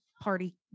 party